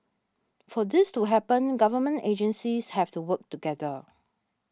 for this to happen government agencies have to work together